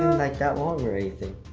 like that long or anything.